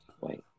wait